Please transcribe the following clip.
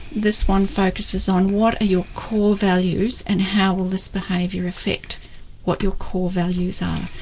this one focuses on, what are your core values and how will this behaviour affect what your core values are?